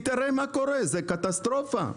זה קטסטרופה.